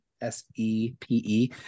s-e-p-e